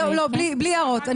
בלי הערות.